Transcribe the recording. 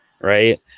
right